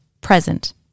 present